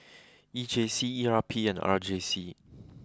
E J C E R P and R J C